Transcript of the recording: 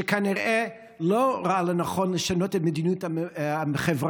שכנראה לא ראה לנכון לשנות את מדיניות החברה,